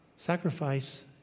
Sacrifice